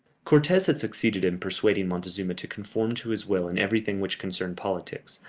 cortes had succeeded in persuading montezuma to conform to his will in everything which concerned politics,